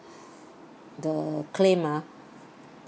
the claim ah